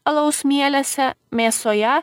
alaus mielėse mėsoje